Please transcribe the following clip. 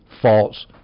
false